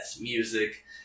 music